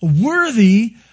Worthy